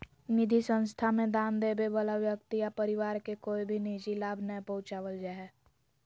निधि संस्था मे दान देबे वला व्यक्ति या परिवार के कोय भी निजी लाभ नय पहुँचावल जा हय